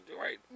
Right